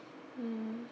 mm